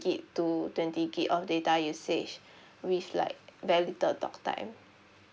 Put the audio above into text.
gig to twenty gig of data usage with like very little talktime